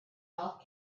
golf